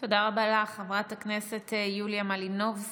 תודה רבה לך, חברת הכנסת יוליה מלינובסקי.